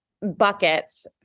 buckets